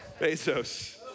Bezos